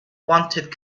wanted